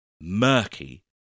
murky